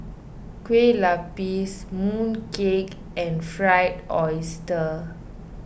Kueh Lapis Mooncake and Fried Oyster